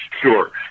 Sure